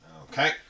Okay